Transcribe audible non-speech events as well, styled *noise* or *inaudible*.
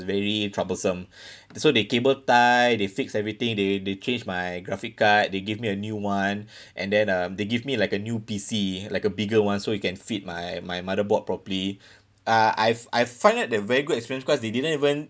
very troublesome *breath* so they cable tie they fix everything they they change my graphic card they give me a new [one] *breath* and then um they give me like a new P_C like a bigger [one] so it can fit my my motherboard properly *breath* uh I I find that a very good experience cause they didn't even